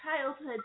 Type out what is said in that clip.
childhood